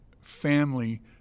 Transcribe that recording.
family